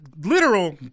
literal